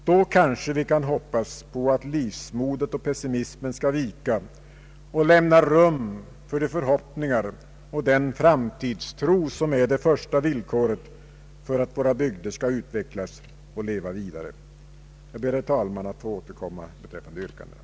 Då kanske vi kan våga hoppas på att missmodet och pessimismen skall vika och lämna rum för de förhoppningar och den framtidstro som är det första villkoret för att våra bygder skall utvecklas och leva vidare. Jag ber, herr talman, att få återkomma beträffande yrkandena.